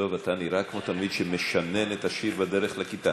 דב, אתה נראה כמו תלמיד שמשנן את השיר בדרך לכיתה.